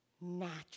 natural